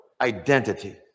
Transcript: identity